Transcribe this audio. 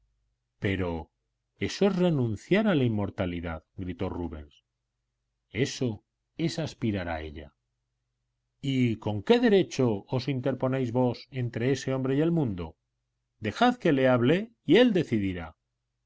pero eso es renunciar a la inmortalidad gritó rubens eso es aspirar a ella y con qué derecho os interponéis vos entre ese hombre y el mundo dejad que le hable y él decidirá